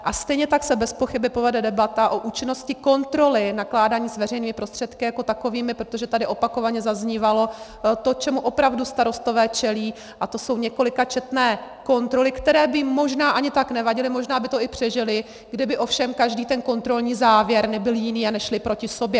A stejně tak se bezpochyby povede debata o účinnosti kontroly nakládání s veřejnými prostředky jako takovými, protože tady opakovaně zaznívalo to, čemu opravdu starostové čelí, a to jsou několikačetné kontroly, které by možná ani tak nevadily, možná by to i přežili, kdyby ovšem každý kontrolní závěr nebyl jiný a nešly proti sobě.